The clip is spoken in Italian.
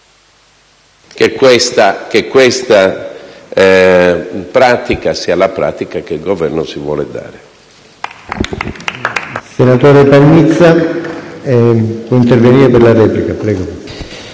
che questa pratica sia quella che il Governo si vuole dare.